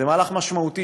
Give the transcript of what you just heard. זה מהלך משמעותי,